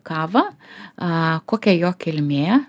kavą a kokia jo kilmė